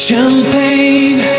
Champagne